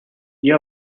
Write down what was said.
you